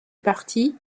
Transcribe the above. parti